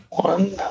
One